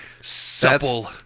supple